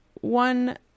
one